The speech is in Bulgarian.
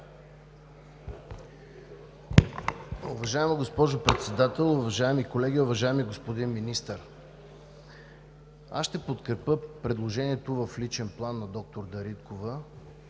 Уважаема госпожо Председател, уважаеми колеги, уважаеми господин Министър! Ще подкрепя предложението на доктор Дариткова